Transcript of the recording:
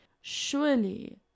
Surely